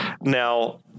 now